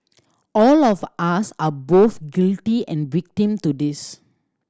all of us are both guilty and victim to this